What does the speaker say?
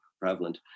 prevalent